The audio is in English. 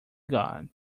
god